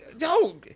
No